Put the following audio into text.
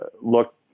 look